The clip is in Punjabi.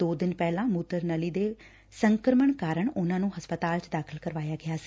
ਦੋ ਦਿਨ ਪਹਿਲਾਂ ਮੂਤਰ ਨਲੀ ਦੇ ਸੰਕਰਮਣ ਕਾਰਨ ਉਨ੍ਹਾਂ ਨੂੰ ਹਸਪਤਾਲ ਚ ਦਾਖਲ ਕਰਾਇਆ ਗਿਆ ਸੀ